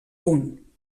punt